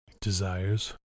Desires